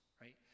right